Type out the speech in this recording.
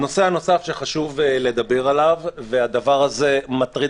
נושא נוסף שחשוב לדבר עליו והוא מטריד